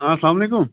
ہاں سلام علیکُم